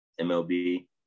MLB